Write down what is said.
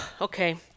okay